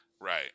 Right